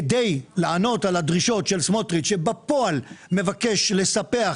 כדי לענות על הדרישות של סמוטריץ' שבפועל מבקש לספח,